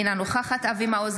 אינה נוכחת אבי מעוז,